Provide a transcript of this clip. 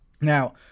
Now